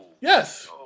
yes